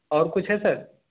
اور کچھ ہے سر